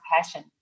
passion